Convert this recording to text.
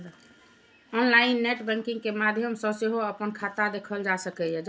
online net banking के माध्यम सं सेहो अपन खाता देखल जा सकैए